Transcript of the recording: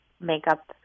makeup